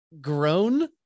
grown